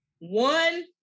One